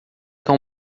cão